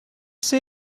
say